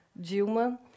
Dilma